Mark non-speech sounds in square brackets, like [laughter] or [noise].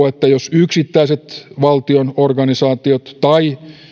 [unintelligible] että jos yksittäiset valtion organisaatiot tai